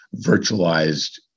virtualized